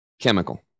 chemical